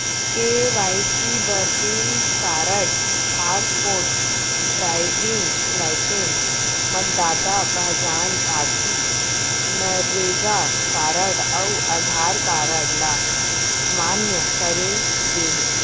KYC बर PAN card, passport, driving licence, मतदाता पहचान पाती, नरेगा कारड अउ आधार कारड ल मान्य करे गे हे